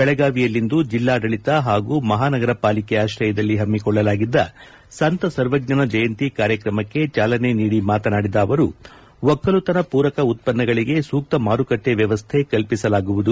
ಬೆಳಗಾವಿಯಲ್ಲಿಂದು ಜಿಲ್ಲಾಡಳಿತ ಪಾಗೂ ಮಹಾಗರ ಪಾಲಿಕೆ ಆಶ್ರಯದಲ್ಲಿ ಪಮ್ಮಿಕೊಳ್ಳಲಾಗಿದ್ದ ಸಂತ ಸರ್ವಜ್ಞನ ಜಯಂತಿ ಕಾರ್ಯಕ್ರಮಕ್ಕೆ ಚಾಲನೆ ನೀಡಿ ಮಾತನಾಡಿದ ಅವರು ಒಕ್ಕಲುತನ ಮೂರಕ ಉತ್ಪನ್ನಗಳಿಗೆ ಸೂಕ್ತ ಮಾರುಕಟ್ಟೆ ವ್ಯವಸ್ಥೆ ಕಲ್ಷಿಸಿಕೊಡಲಾಗುವುದು